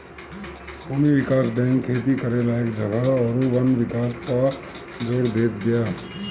भूमि विकास बैंक खेती करे लायक जगह अउरी वन विकास पअ जोर देत बिया